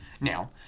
Now